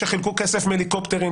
שחילקו כסף מהליקופטרים.